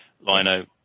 Lino